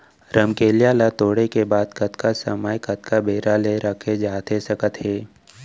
रमकेरिया ला तोड़े के बाद कतका समय कतका बेरा ले रखे जाथे सकत हे?